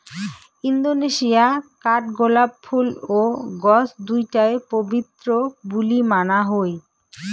Indonesia কাঠগোলাপ ফুল ও গছ দুইটায় পবিত্র বুলি মানা হই